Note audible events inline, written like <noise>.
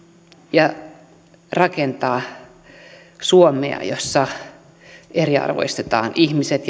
ja rakentamaan suomea jossa eriarvoistetaan ihmiset <unintelligible>